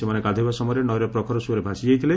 ସେମାନେ ଗାଧୋଇବା ସମୟରେ ନଈର ପ୍ରଖର ସୁଅରେ ଭାସିଯାଇଥିଲେ